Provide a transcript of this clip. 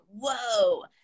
whoa